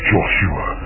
Joshua